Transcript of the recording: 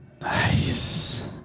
Nice